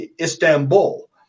Istanbul